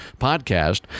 podcast